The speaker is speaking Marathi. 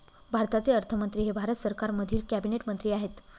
भारताचे अर्थमंत्री हे भारत सरकारमधील कॅबिनेट मंत्री आहेत